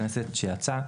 לשאלתו של חבר הכנסת שיצא,